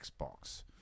Xbox